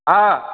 हँ